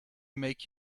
make